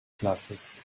classes